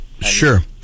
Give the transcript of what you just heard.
Sure